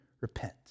repent